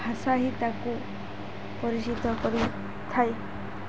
ଭାଷା ହିଁ ତାକୁ ପରିଚିତ କରିଥାଏ